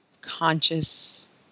conscious